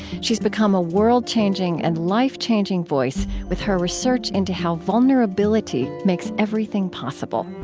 she's become a world-changing and life-changing voice with her research into how vulnerability makes everything possible.